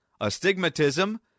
astigmatism